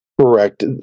Correct